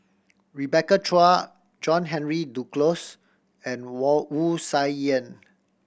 Rebecca Chua John Henry Duclos and Wu Tsai Yen